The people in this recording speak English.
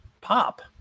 Pop